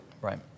Right